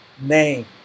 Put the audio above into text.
name